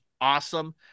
awesome